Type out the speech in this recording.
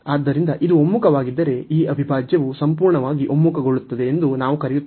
ಆದ್ದರಿಂದ ಇದು ಒಮ್ಮುಖವಾಗಿದ್ದರೆ ಈ ಅವಿಭಾಜ್ಯವು ಸಂಪೂರ್ಣವಾಗಿ ಒಮ್ಮುಖಗೊಳ್ಳುತ್ತದೆ ಎಂದು ನಾವು ಕರೆಯುತ್ತೇವೆ